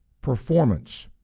Performance